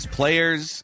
players